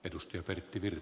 arvoisa puhemies